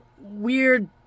weird